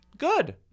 Good